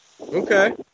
Okay